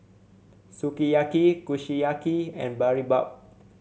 Sukiyaki Kushiyaki and Boribap